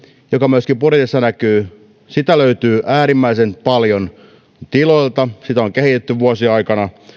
joka myöskin budjetissa näkyy löytyy äärimmäisen paljon tiloilta sitä on kehitetty vuosien aikana